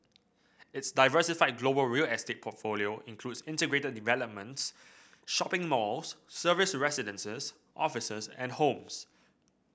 its diversified global real estate portfolio includes integrated developments shopping malls serviced residences offices and homes